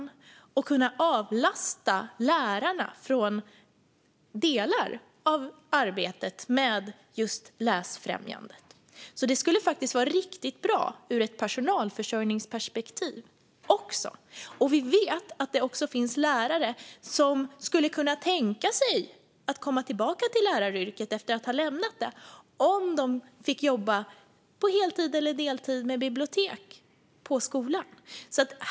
De skulle kunna avlasta lärarna i delar av arbetet med just läsfrämjandet. Det skulle vara riktigt bra också ur ett personalförsörjningsperspektiv. Vi vet också att det finns lärare som har lämnat läraryrket som skulle kunna tänka sig att komma tillbaka till läraryrket om de fick jobba på heltid eller deltid med bibliotek på skolan.